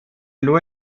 nur